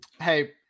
Hey